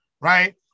right